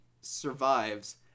survives